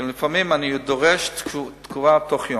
שלפעמים אני דורש תגובה בתוך יום.